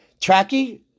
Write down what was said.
Tracky